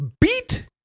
beat